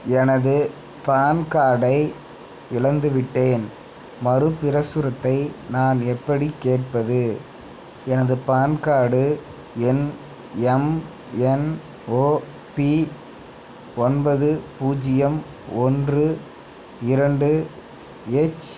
எனது பேன் கார்டை இழந்துவிட்டேன் மறுப்பிரசுரத்தை நான் எப்படிக் கேட்பது எனது பான் கார்டு எண் எம்என்ஓபி ஒன்பது பூஜ்ஜியம் ஒன்று இரண்டு எச்